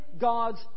God's